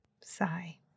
Sigh